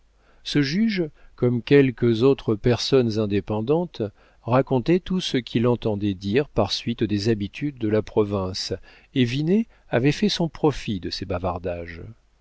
ce juge comme quelques autres personnes indépendantes racontait tout ce qu'il entendait dire par suite des habitudes de la province et vinet avait fait son profit de ces bavardages